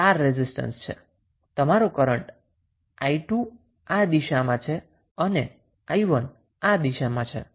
આ રેઝિસ્ટન્સમાં તમારો કરન્ટ 𝑖2 આ દિશામાં છે અને 𝑖1 આ દિશામાં છે